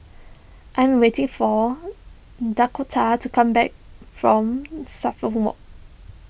I'm waiting for Dakotah to come back from Suffolk Walk